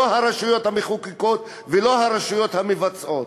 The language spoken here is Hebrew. לא הרשויות המחוקקות ולא הרשויות המבצעות.